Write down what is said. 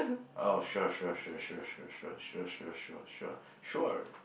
oh sure sure sure sure sure sure sure sure sure sure sure